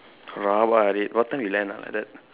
rabak lah dey what time you'll end ah like that